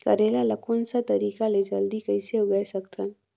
करेला ला कोन सा तरीका ले जल्दी कइसे उगाय सकथन?